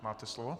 Máte slovo.